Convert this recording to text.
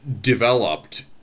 developed